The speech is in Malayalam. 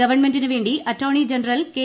ഗൃപ്പൺമെന്റിന് വേണ്ടി അറ്റോർണി ജനറൽ കെ